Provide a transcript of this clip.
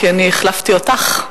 כי אני החלפתי אותך.